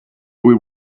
will